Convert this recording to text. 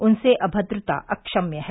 उनसे अभद्रता अक्षम्य है